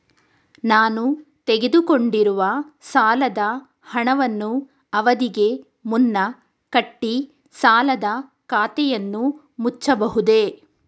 ನಾನು ತೆಗೆದುಕೊಂಡಿರುವ ಸಾಲದ ಹಣವನ್ನು ಅವಧಿಗೆ ಮುನ್ನ ಕಟ್ಟಿ ಸಾಲದ ಖಾತೆಯನ್ನು ಮುಚ್ಚಬಹುದೇ?